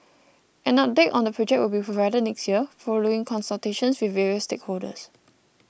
an update on the project will be provided next year following consultations with various stakeholders